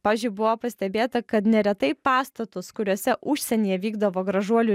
pavyzdžiui buvo pastebėta kad neretai pastatus kuriuose užsienyje vykdavo gražuolių